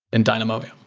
in dynamo. yeah.